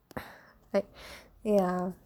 like ya